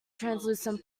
translucent